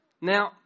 Now